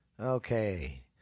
Okay